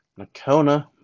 Nakona